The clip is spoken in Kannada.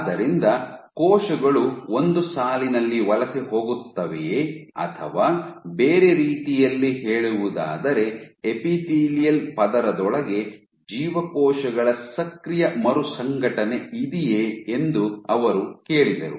ಆದ್ದರಿಂದ ಕೋಶಗಳು ಒಂದು ಸಾಲಿನಲ್ಲಿ ವಲಸೆ ಹೋಗುತ್ತವೆಯೇ ಅಥವಾ ಬೇರೆ ರೀತಿಯಲ್ಲಿ ಹೇಳುವುದಾದರೆ ಎಪಿಥೇಲಿಯಲ್ ಪದರದೊಳಗೆ ಜೀವಕೋಶಗಳ ಸಕ್ರಿಯ ಮರುಸಂಘಟನೆ ಇದೆಯೇ ಎಂದು ಅವರು ಕೇಳಿದರು